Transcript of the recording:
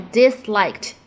disliked